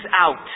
out